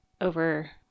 over